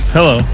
Hello